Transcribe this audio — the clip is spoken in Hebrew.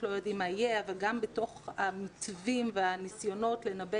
לא יודעים מה יהיה אבל גם בתוך המתווים והניסיונות לנבא